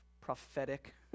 prophetic